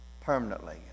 permanently